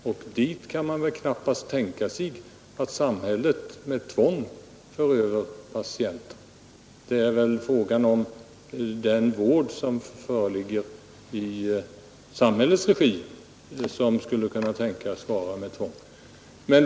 Men dit kan man väl knappast tänka sig att samhället med tvång för över patienter? Den vård som skall kunna tänkas förbunden med ett tvång är väl den som bedrivs i samhällets regi.